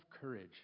courage